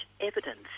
evidence